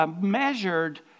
measured